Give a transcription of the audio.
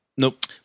Nope